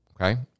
okay